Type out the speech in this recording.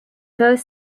both